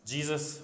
Jesus